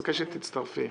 בשמחה.